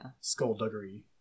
skullduggery